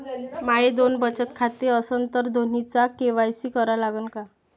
माये दोन बचत खाते असन तर दोन्हीचा के.वाय.सी करा लागन का?